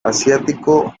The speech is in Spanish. asiático